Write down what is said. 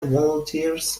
volunteers